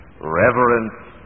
Reverence